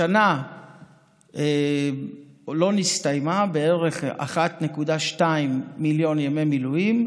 השנה לא נסתיימה, בערך 1.2 מיליון ימי מילואים,